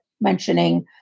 mentioning